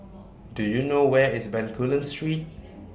Do YOU know Where IS Bencoolen Street